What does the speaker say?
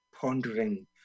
pondering